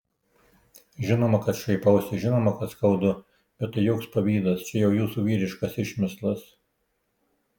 žinoma kad šaipausi žinoma kad skaudu bet tai joks pavydas čia jau jūsų vyriškas išmislas